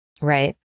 Right